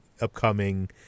upcoming